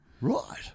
Right